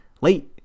late